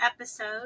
episode